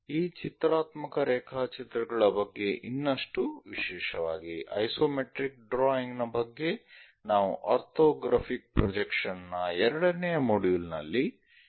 ಈ ಚಿತ್ರಾತ್ಮಕ ರೇಖಾಚಿತ್ರಗಳ ಬಗ್ಗೆ ಇನ್ನಷ್ಟು ವಿಶೇಷವಾಗಿ ಐಸೊಮೆಟ್ರಿಕ್ ಡ್ರಾಯಿಂಗ್ ನ ಬಗ್ಗೆ ನಾವು ಆರ್ಥೊಗ್ರಾಫಿಕ್ ಪ್ರೊಜೆಕ್ಷನ್ ನ ಎರಡನೆಯ ಮಾಡ್ಯೂಲ್ ನಲ್ಲಿ ಕಲಿಯುತ್ತೇವೆ